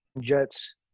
Jets